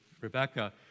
Rebecca